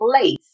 place